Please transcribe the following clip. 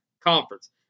Conference